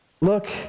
Look